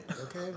okay